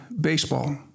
baseball